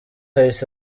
ahise